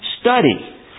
study